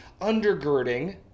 undergirding